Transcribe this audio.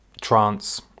trance